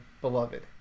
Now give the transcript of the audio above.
beloved